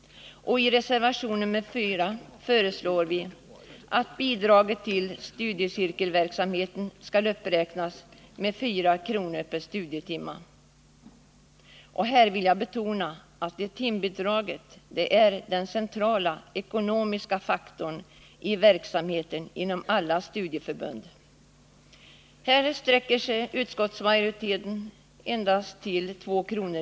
I reservation nr 4 föreslår vi att bidraget till studiecirkelverksamheten skall uppräknas med 4 kr. per studietimma. Här vill jag betona att timbidraget är den centrala ekonomiska faktorn i verksamheten inom alla studieförbund. Utskottsmajoriteten sträcker sig endast till en höjning med 2 kr.